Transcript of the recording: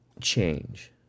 change